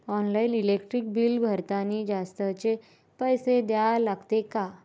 Online electric bill भरतानी जास्तचे पैसे द्या लागते का?